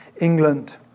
England